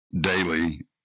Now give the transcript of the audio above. daily